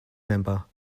member